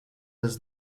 does